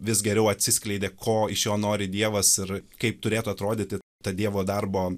vis geriau atsiskleidė ko iš jo nori dievas ir kaip turėtų atrodyti ta dievo darbo